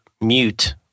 mute